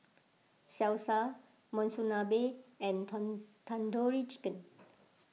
Salsa Monsunabe and Tandoori Chicken